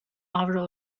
avro